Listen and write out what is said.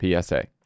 PSA